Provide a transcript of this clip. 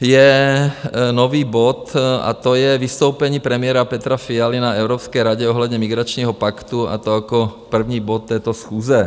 je nový bod a to je Vystoupení premiéra Petra Fialy na Evropské radě ohledně migračního paktu, a to jako první bod této schůze.